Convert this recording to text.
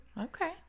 Okay